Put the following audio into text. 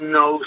no